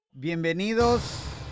Bienvenidos